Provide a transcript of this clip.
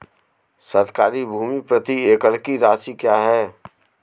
सरकारी भूमि प्रति एकड़ की राशि क्या है?